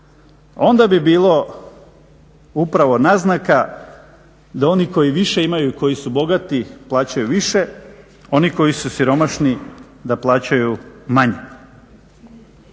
onda bi bilo upravo naznaka da oni koji više imaju i koji su bogati plaćaju više, oni koji su siromašni da plaćaju manje.